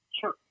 Sure